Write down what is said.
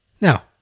Now